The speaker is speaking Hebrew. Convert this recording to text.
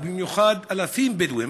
ובמיוחד, יש אלפי בדואים